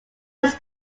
was